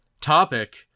topic